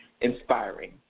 inspiring